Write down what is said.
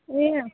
ए अँ